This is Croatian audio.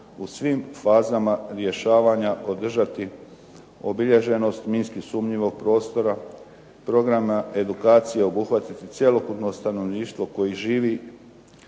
U svim fazama rješavanja održati obilježenost minski sumnjivog prostora, programa edukacije obuhvatiti cjelokupno stanovništvo koje živi